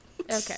Okay